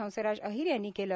हंसराज अहीर यांनी केलं